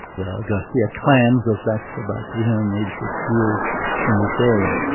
the garcia clan goes back to about three hundred and eighty six years in this area.